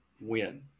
win